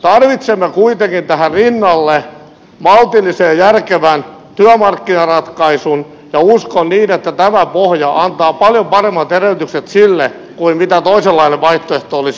tarvitsemme kuitenkin tähän rinnalle maltillisen ja järkevän työmarkkinaratkaisun ja uskon niin että tämä pohja antaa paljon paremmat edellytykset sille kuin toisenlainen vaihtoehto olisi antanut